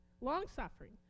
long-suffering